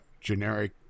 generic